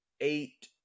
Eight